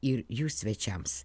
ir jų svečiams